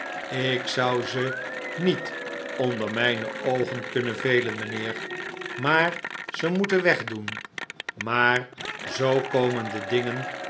ik zou ze niet onder mijne oogen kunnen velen mijnheer maar ze moeten wegdoen maar zoo komen de dingen